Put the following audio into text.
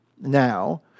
now